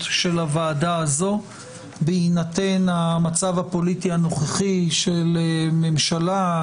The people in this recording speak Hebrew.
של הוועדה הזאת בהינתן המצב הפוליטי הנוכחי של ממשלה,